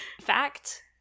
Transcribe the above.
fact